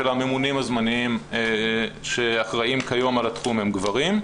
הממונים הזמניים שאחראיים כיום על התחום הם גברים.